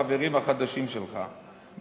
החברים החדשים שלך,